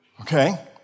okay